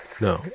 No